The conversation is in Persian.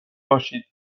باشید